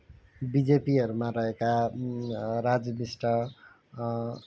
बिजेपीहरूमा रहेका राजु बिष्ट